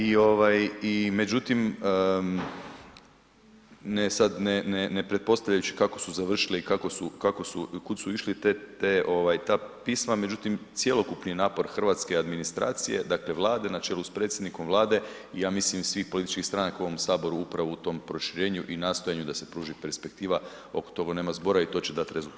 I ovaj i međutim, ne sad, ne, ne, ne pretpostavljajući kako su završile i kako su, kako su i kud su išli, te, te ovaj, ta pisma međutim cjelokupni je napor hrvatske administracije, dakle Vlade na čelu s predsjednikom Vlade i ja mislim svih političkih stranaka u ovom HS upravo u tom proširenju i nastojanju da se pruži perspektiva, oko toga nema zbora i to će dat rezultat